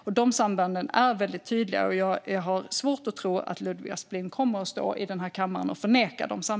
Dessa samband är väldigt tydliga, och jag har svårt att tro att Ludvig Aspling kommer att stå i denna kammare och förneka dem.